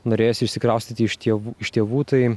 norėjosi išsikraustyti iš tėv iš tėvų tai